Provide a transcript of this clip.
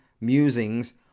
musings